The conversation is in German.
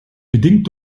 bedingt